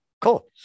Cool